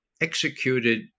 executed